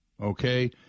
okay